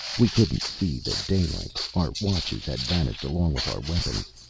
we couldn't see the day-light. our watches had vanished along with our weapons.